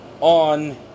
on